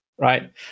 right